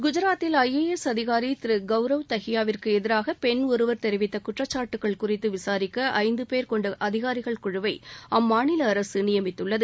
குஜராத்தில் ஐஏஎஸ் அதிகாரி திரு கவரவ் தகிபாவிற்கு எதிராக பெண் ஒருவர் தெரிவித்த குற்றச்சாட்டுகள் குறித்து விசாரிக்க ஐந்து பேர் கொண்ட அதிகாரிகள் குழுவை அம்மாநில அரசு நியமித்துள்ளது